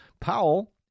Powell